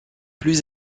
plus